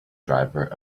driver